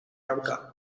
aurka